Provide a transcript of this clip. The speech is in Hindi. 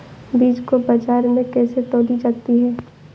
बीज को बाजार में कैसे तौली जाती है?